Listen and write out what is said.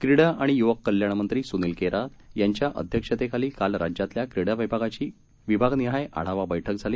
क्रीडा आणि य्वक कल्याण मंत्री सुनील केदार यांच्या अध्यक्षतेखाली काल राज्यातल्या क्रीडा विभागाची विभाग निहाय आढावा बैठक झाली